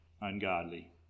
ungodly